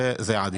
זה עדיף.